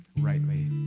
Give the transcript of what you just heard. rightly